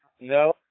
No